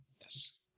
Yes